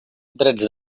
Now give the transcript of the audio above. drets